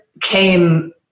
came